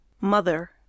Mother